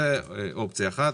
זאת אופציה אחת.